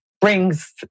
brings